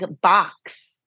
box